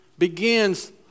Begins